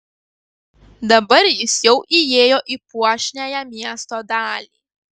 dabar jis jau įėjo į puošniąją miesto dalį